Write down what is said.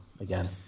again